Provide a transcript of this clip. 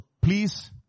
please